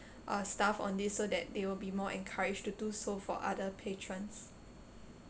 uh staff on this so that they will be more encouraged to do so for other patrons